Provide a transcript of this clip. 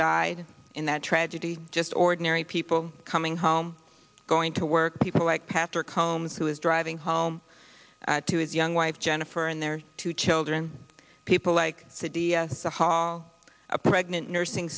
died in that tragedy just ordinary people coming home going to work people like patrick holmes who is driving home to his young wife jennifer and their two children people like cindy s a hall a pregnant nursing